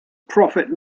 prophet